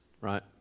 right